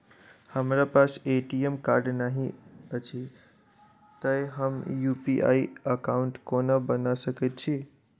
हमरा पास ATM card नहि अछि तए हम यु.पी.आई एकॉउन्ट कोना बना सकैत छी